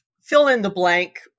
fill-in-the-blank